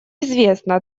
известно